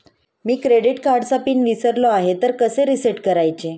मी credit कार्डचा PIN विसरलो आहे तर कसे रीसेट करायचे?